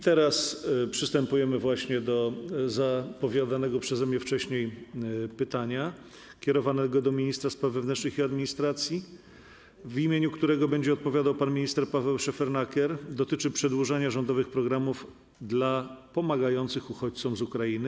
Teraz przystępujemy do zapowiadanego przeze mnie wcześniej pytania kierowanego do ministra spraw wewnętrznych i administracji, w imieniu którego będzie odpowiadał pan minister Paweł Szefernaker, dotyczącego przedłużenia rządowych programów dla pomagających uchodźcom z Ukrainy.